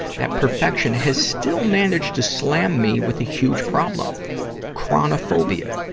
that perfection has still managed to slam me with a huge problem chronophobia.